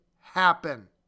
happen